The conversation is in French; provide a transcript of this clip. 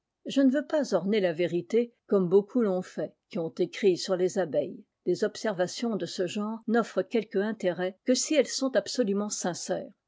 je ne veux pas orner ta vérité comme beaucoup font fait qui ont écrit sur les abeilles des observations de ce genre n'offrent quelque intérêt que si elles sont absolument sincères